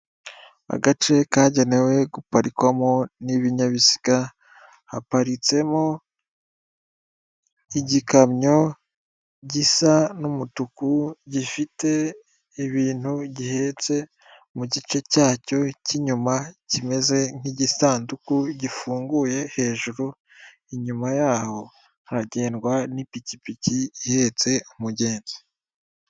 Agace kagenewe guparikwamo n'ibinyabiziga haparitsemo igikamyo gisa n'umutuku gifite ibintu gihetse mu gice cyacyo cy'inyuma kimeze nk'igisanduku gifunguye hejuru, inyuma yaho haragendwa n'ipikipiki ihetse umugenzi.